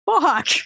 fuck